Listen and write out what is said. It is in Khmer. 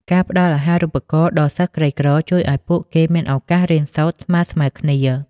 ការផ្ដល់អាហារូបករណ៍ដល់សិស្សក្រីក្រជួយឱ្យពួកគេមានឱកាសរៀនសូត្រស្មើៗគ្នា។